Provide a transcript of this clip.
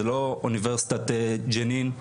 זה לא אונ' ג'נין,